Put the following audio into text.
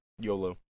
YOLO